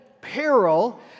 peril